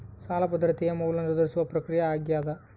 ಸಾಲ ಭದ್ರತೆಯ ಮೌಲ್ಯ ನಿರ್ಧರಿಸುವ ಪ್ರಕ್ರಿಯೆ ಆಗ್ಯಾದ